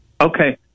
Okay